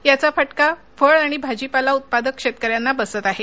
याचा फटका फळ आणि भाजीपाला उत्पादक शेतकऱ्यांना बसत आहे